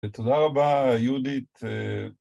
‫ותודה רבה, יהודית.